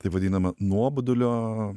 taip vadinama nuobodulio